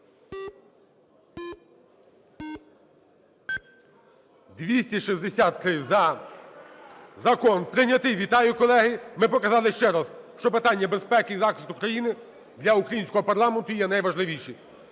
За-263 Закон прийнятий. Вітаю, колеги. Ми показали ще раз, що питання безпеки і захисту країни для українського парламенту є найважливішим.